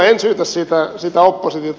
en syytä siitä oppositiota